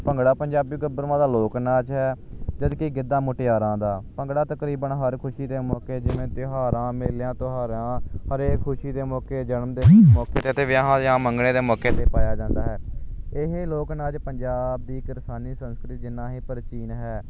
ਭੰਗੜਾ ਪੰਜਾਬੀ ਗੱਭਰੂਆਂ ਦਾ ਲੋਕ ਨਾਚ ਹੈ ਜਦੋਂ ਕਿ ਗਿੱਦਾ ਮੁਟਿਆਰਾਂ ਦਾ ਭੰਗੜਾ ਤਕਰੀਬਨ ਹਰ ਖੁਸ਼ੀ 'ਤੇ ਮੌਕੇ ਜਿਵੇਂ ਤਿਉਹਾਰਾਂ ਮੇਲਿਆਂ ਤਿਉਹਾਰਾਂ ਹਰੇਕ ਖੁਸ਼ੀ ਦੇ ਮੌਕੇ ਜਨਮਦਿਨ ਮੌਕੇ 'ਤੇ ਅਤੇ ਵਿਆਹਾਂ ਜਾ ਮੰਗਣੇ ਦੇ ਮੌਕੇ 'ਤੇ ਪਾਇਆ ਜਾਂਦਾ ਹੈ ਇਹ ਲੋਕ ਨਾਚ ਪੰਜਾਬ ਦੀ ਕਿਸਾਨੀ ਸੰਸਕ੍ਰਿਤ ਜਿੰਨਾ ਹੀ ਪਰਚੀਨ ਹੈ